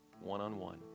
one-on-one